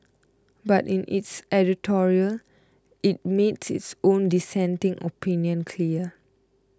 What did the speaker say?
but in its editorial it made its own dissenting opinion clear